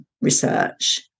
research